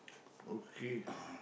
okay